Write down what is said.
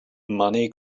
money